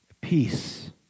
Peace